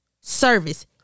service